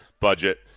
budget